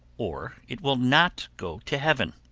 or it will not go to heaven.